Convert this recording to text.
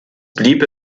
blieb